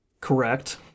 correct